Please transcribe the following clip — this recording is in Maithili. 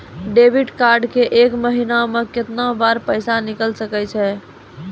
डेबिट कार्ड से एक महीना मा केतना बार पैसा निकल सकै छि हो?